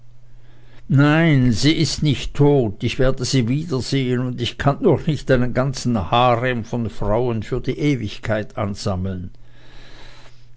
nein sie ist nicht tot ich werde sie wiedersehen und ich kann doch nicht einen ganzen harem von frauen für die ewigkeit ansammeln